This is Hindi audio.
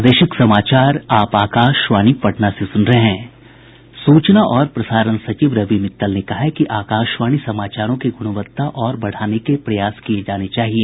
सूचना और प्रसारण सचिव रवि मित्तल ने कहा है कि आकाशवाणी समाचारों की गुणवत्ता और बढ़ाने के प्रयास किये जाने चाहिए